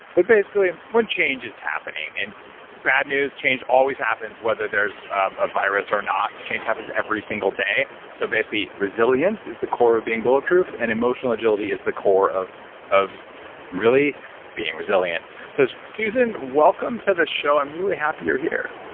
but basically when change is happening and bad news change always happens whether there's a virus or not, change happens every single day so basically resilience is the core of being bulletproof and emotional agility is the core of of really being resilient. so susan, welcome to the show. i'm really happy you're here.